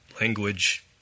language